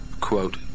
quote